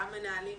גם מנהלים,